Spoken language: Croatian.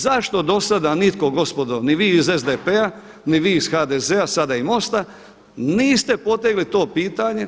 Zašto dosada nitko gospodo ni vi iz SDP-a ni vi iz HDZ-a sada i MOST-a niste potegli to pitanje?